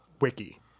wiki